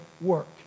work